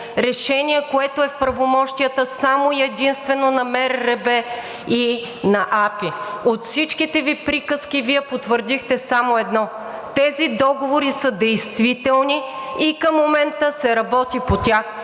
Решение, което е в правомощията само и единствено на МРРБ и на АПИ. От всичките Ви приказки Вие потвърдихте само едно – тези договори са действителни и към момента се работи по тях.